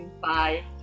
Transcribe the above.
Bye